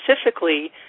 specifically